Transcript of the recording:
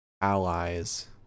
allies